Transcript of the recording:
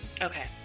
Okay